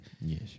Yes